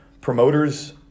promoters